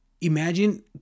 imagine